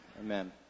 Amen